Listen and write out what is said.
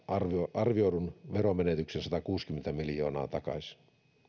arvioidun veronmenetyksen satakuusikymmentä miljoonaa takaisin